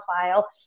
file